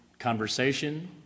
conversation